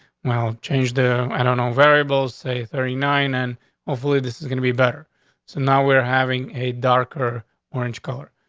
well, change the i don't know variables, say thirty nine and hopefully this is gonna be better. so now we're having a darker orange color.